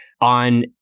on